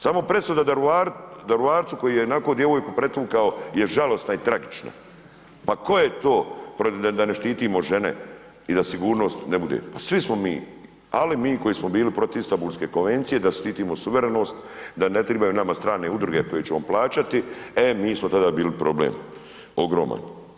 Samo presuda Daruvarcu koji je onako djevojku pretukao je žalosna i tragična, pa tko je to da ne štitimo žene i da sigurnost ne bude, pa svi smo mi ali mi koji smo bili protiv Istambulske konvencije da štitimo suverenost da ne tribaju nama strane udruge koje ćemo plaćati, e mi smo tada bili problem ogroman.